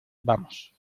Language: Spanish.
vamos